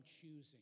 choosing